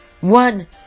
One